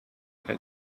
had